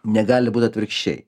negali būt atvirkščiai